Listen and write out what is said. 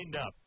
up